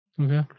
Okay